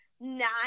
nine